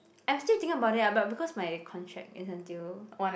I'm still thinking about it ah but because my contract is until